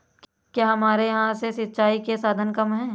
क्या हमारे यहाँ से सिंचाई के साधन कम है?